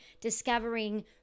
Discovering